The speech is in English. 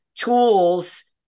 tools